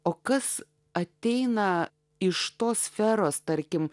o kas ateina iš tos sferos tarkim